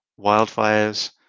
wildfires